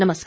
नमस्कार